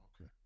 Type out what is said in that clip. Okay